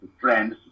friends